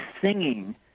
singing